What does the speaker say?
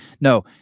no